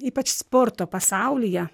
ypač sporto pasaulyje